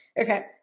Okay